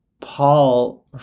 Paul